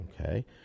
Okay